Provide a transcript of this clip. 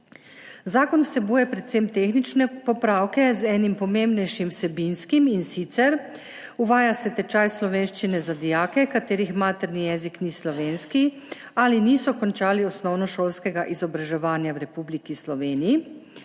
Zakon vsebuje predvsem tehnične popravke z enim pomembnejšim vsebinskim, in sicer, uvaja se tečaj slovenščine za dijake, katerih materni jezik ni slovenski ali niso končali osnovnošolskega izobraževanja v Republiki Sloveniji